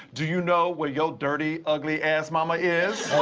do you know where your dirty, ugly-ass momma is?